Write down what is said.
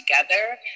together